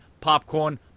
Popcorn